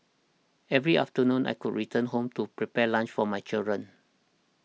every afternoon I could return home to prepare lunch for my children